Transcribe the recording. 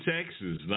Texas